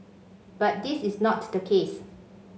but this is not the case